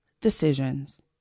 decisions